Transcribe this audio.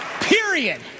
Period